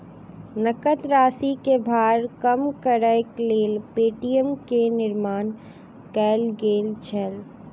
नकद राशि के भार कम करैक लेल पे.टी.एम के निर्माण कयल गेल छल